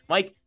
Mike